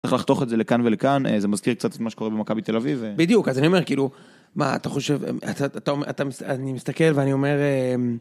צריך לחתוך את זה לכאן ולכאן זה מזכיר קצת מה שקורה במכבי תל אביב בדיוק אז אני אומר כאילו מה אתה חושב אני מסתכל ואני אומר.